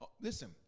Listen